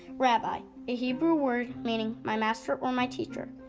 rabbi, a hebrew word meaning my master or my teacher.